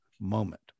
moment